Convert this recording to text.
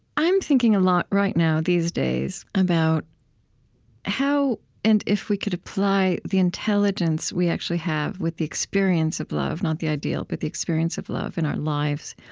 i'm thinking a lot right now these days about how and if we could apply the intelligence we actually have with the experience of love, not the ideal, but the experience of love in our lives,